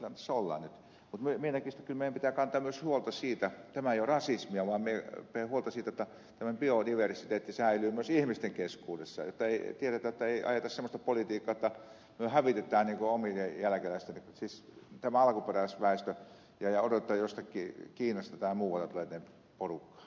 mutta minä näkisin että kyllä meidän pitää kantaa myös huolta siitä tämä ei ole rasismia vaan minä kannan huolta siitä jotta tämä biodiversiteetti säilyy myös ihmisten keskuudessa jotta tiedetään että ei ajeta semmoista politiikkaa jotta me hävitämme tämän alkuperäisväestön ja odotamme että jostakin kiinasta tai muualta tulee tänne porukkaa